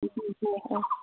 दे